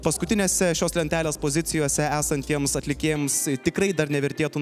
paskutinėse šios lentelės pozicijose esantiems atlikėjams tikrai dar nevertėtų